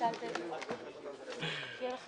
הישיבה